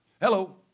Hello